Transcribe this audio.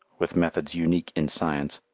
with methods unique in science.